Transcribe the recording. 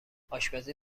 آشپزی